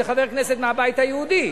וחבר כנסת מהבית היהודי